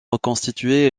reconstitué